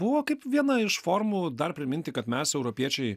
buvo kaip viena iš formų dar priminti kad mes europiečiai